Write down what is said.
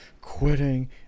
quitting